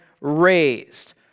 raised